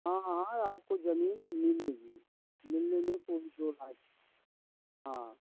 हाँ हाँ आपको ज़मीन मिलेगी मिलने में कोई दो राय हाँ